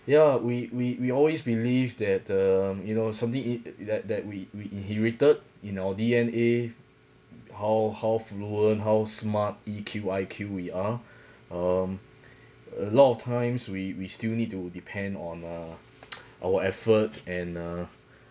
ya we we we always believes that um you know something in~ that that we we inherited in our D_N_A how how fluent how smart E_Q I_Q we are um a lot of times we we still need to depend on uh our effort and uh